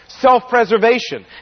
Self-preservation